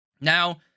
Now